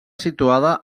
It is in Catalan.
situada